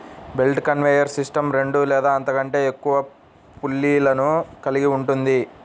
belt conveyor system రెండు లేదా అంతకంటే ఎక్కువ పుల్లీలను కలిగి ఉంటుంది